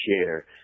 share